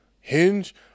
Hinge